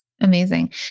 Amazing